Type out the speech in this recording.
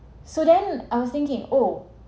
so then I was thinking oh